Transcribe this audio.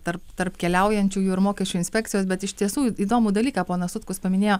tarp tarp keliaujančiųjų ir mokesčių inspekcijos bet iš tiesų įdomų dalyką ponas sutkus paminėjo